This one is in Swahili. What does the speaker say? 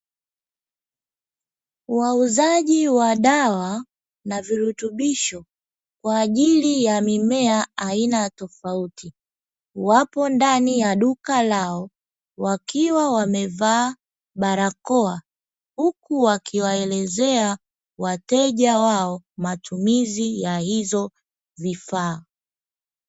Wauzaji wa dawa na virutubisho kwa ajili ya mimea aina tofauti, wapo ndani ya duka lao, wakiwa wamevaa barakoa, huku wakiwaeleza wateja wao matumizi ya hizo vifaa.